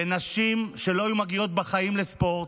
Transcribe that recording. לנשים שלא היו מגיעות בחיים לספורט.